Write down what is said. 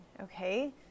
okay